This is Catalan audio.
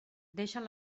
deixen